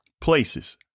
places